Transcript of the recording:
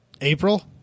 April